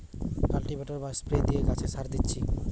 cultivator বা spray দিয়ে গাছে সার দিচ্ছি